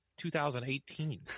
2018